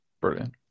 Brilliant